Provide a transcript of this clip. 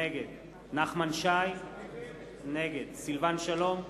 נגד נחמן שי, נגד סילבן שלום,